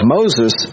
Moses